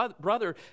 brother